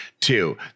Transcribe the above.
two